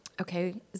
Okay